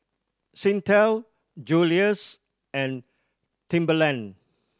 Singtel Julie's and Timberland